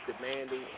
demanding